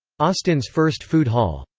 austin's first food hall,